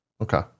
okay